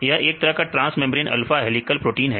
यह एक तरह का ट्रांसमेंब्रेन अल्फा हेलीकल प्रोटीन है